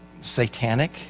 satanic